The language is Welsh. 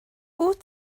wyt